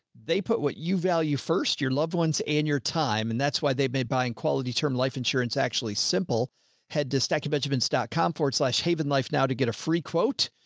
they put what you value first, your loved ones and your time. and that's why they've made buying quality term life insurance actually simple had distechia benjamins dot com forward slash haven life. now to get a free quote.